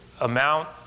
amount